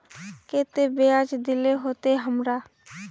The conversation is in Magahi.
केते बियाज देल होते हमरा?